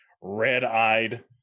red-eyed